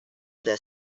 this